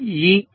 E4